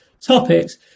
topics